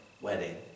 wedding